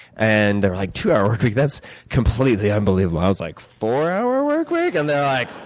and they were like, two hour workweek that's completely unbelievable. i was like, four hour workweek? and they were like,